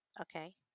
Okay